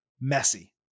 messy